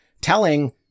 telling